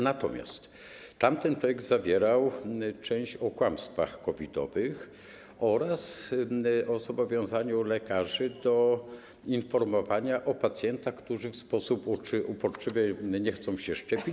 Natomiast tamten projekt zawierał część o kłamstwach COVID-owych oraz o zobowiązaniu lekarzy do informowania o pacjentach, którzy w sposób uporczywy nie chcą się szczepić.